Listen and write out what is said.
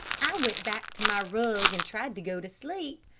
i went back to my rug and tried to go to sleep,